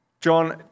John